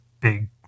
big